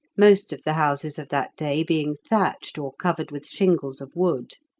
most of the houses of that day being thatched or covered with shingles of wood.